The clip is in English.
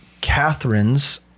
Catherine's